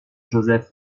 joseph